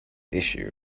issue